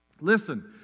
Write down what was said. Listen